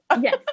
Yes